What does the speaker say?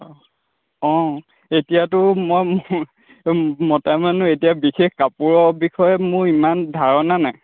অঁ এতিয়াতো মই মোৰ মতা মানুহ এতিয়া বিশেষ কাপোৰৰ বিষয়ে মোৰ ইমান ধাৰণা নাই